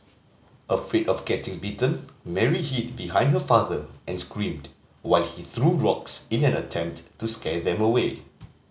afraid of getting bitten Mary hid behind her father and screamed while he threw rocks in an attempt to scare them away